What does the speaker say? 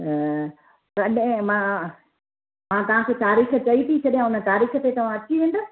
त तॾहिं मां मां तव्हां खे तारीख़ु चई थी छॾिया उन तारीख़ ते तव्हां अची वेंदव